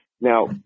Now